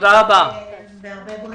והרבה בריאות.